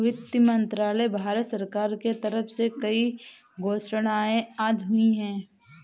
वित्त मंत्रालय, भारत सरकार के तरफ से कई घोषणाएँ आज हुई है